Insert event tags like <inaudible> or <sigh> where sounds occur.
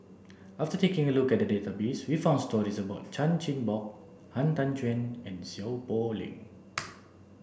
after taking a look at the database we found stories about Chan Chin Bock Han Tan Juan and Seow Poh Leng <noise>